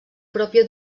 pròpia